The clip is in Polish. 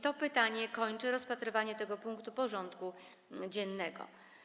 To pytanie kończy rozpatrywanie tego punktu porządku dziennego.